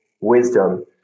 wisdom